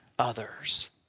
others